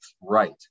right